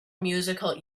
musical